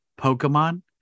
Pokemon